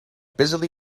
busily